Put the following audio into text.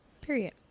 Period